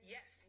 Yes